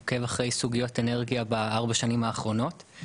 עוקב אחרי סוגיות אנרגיה בארבע השנים האחרונות.